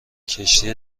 کشتی